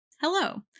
hello